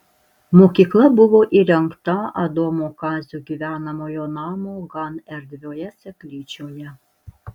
mokykla buvo įrengta adomo kazio gyvenamojo namo gan erdvioje seklyčioje